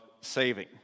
saving